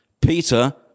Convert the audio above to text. Peter